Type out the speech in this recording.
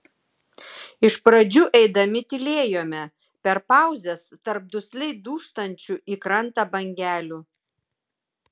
iš pradžių eidami tylėjome per pauzes tarp dusliai dūžtančių į krantą bangelių